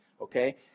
okay